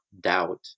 doubt